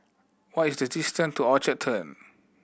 what is the distance to Orchard Turn